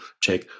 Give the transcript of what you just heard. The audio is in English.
check